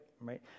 right